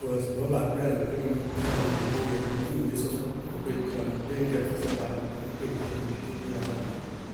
Bʋwɛ sɩ bɔɔ baa kpɩyá na kɩlaná, bʋ dée yá, ñŋlɩ sɔsɔ, ŋñ kpɩ ŋ kɩlaná, bɩɩ ŋñ gɛ ñ fɩsá báánɩ, ŋñ kpɩ ŋ kɩlaná. Bʋdé bʋ yɛ álámɩná dzá.